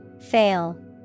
Fail